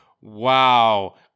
wow